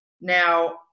Now